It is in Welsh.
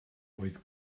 oedd